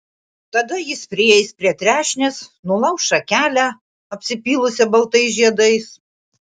tada jis prieis prie trešnės nulauš šakelę apsipylusią baltais žiedais